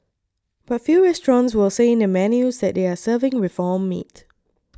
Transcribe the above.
but few restaurants will say in their menus that they are serving reformed meat